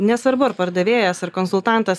nesvarbu ar pardavėjas ar konsultantas